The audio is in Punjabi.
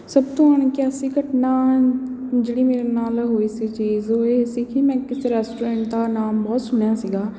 ਸਭ ਤੋਂ ਅਣਕਿਆਸੀ ਘਟਨਾ ਜਿਹੜੀ ਮੇਰੇ ਨਾਲ ਹੋਈ ਸੀ ਚੀਜ਼ ਉਹ ਇਹ ਸੀ ਕਿ ਮੈਂ ਕਿਸੇ ਰੈਂਸਟੋਰੈਟ ਦਾ ਨਾਂ ਬਹੁਤ ਸੁਣਿਆ ਸੀਗਾ